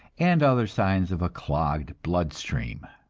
and other signs of a clogged blood-stream.